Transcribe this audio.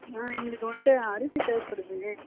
ஆ எங்களுக்கு வண்ட்டு அரிசி தேவைப்படுது